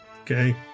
Okay